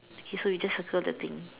okay so we just circle the thing